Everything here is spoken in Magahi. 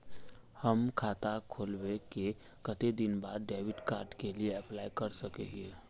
हम खाता खोलबे के कते दिन बाद डेबिड कार्ड के लिए अप्लाई कर सके हिये?